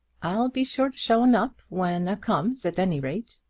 i'll be sure to show un up, when a comes, at any rate,